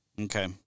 Okay